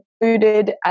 included